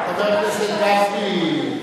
חבר הכנסת גפני,